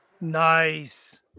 nice